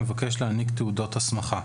המבקש להעניק תעודות הסמכה.